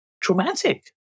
traumatic